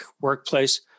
workplace